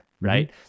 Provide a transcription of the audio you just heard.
right